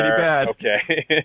okay